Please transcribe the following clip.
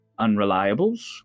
unreliables